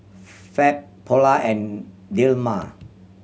Fab Polar and Dilmah